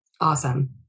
Awesome